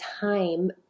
time